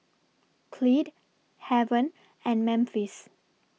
Clyde Haven and Memphis